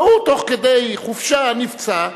והוא תוך כדי חופשה נפצע.